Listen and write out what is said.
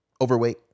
Overweight